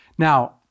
Now